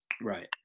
Right